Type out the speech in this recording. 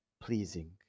pleasing